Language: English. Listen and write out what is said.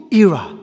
era